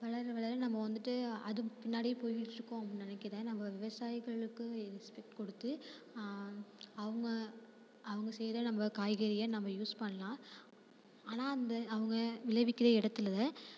வளர வளர நம்ம வந்துட்டு அதுப் பின்னாடியே போய்கிட்டு இருக்கோம்னு நினைக்கிறேன் நம்ம விவசாயிகளுக்கு ரெஸ்பெக்ட் கொடுத்து அவங்க அவங்க செய்கிற நம்ம காய்கறியை நம்ம யூஸ் பண்ணலாம் ஆனால் அந்த அவங்க விளைவிக்கிற இடத்தில்